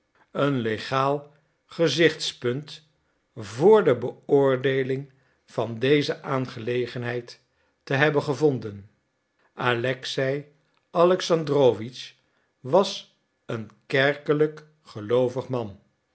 een legaal gezichtspunt voor de beoordeeling van deze aangelegenheid te hebben gevonden alexei alexandrowitsch was een kerkelijk geloovig man